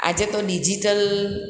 આજે તો ડિઝિટલ